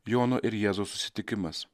jono ir jėzaus susitikimas